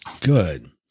good